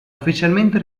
ufficialmente